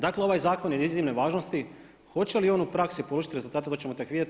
Dakle, ovaj Zakon je od iznimne važnosti, hoće li on u praksu polučiti rezultate, to ćemo tek vidjeti.